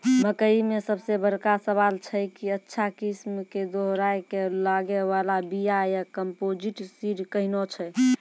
मकई मे सबसे बड़का सवाल छैय कि अच्छा किस्म के दोहराय के लागे वाला बिया या कम्पोजिट सीड कैहनो छैय?